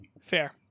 fair